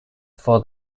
for